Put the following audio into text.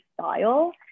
style